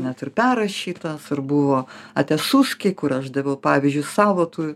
net ir perrašyta dar buvo atesuskiai kur aš daviau pavyzdžius savo tų